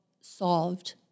solved